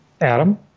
adam